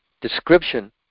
Description